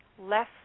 less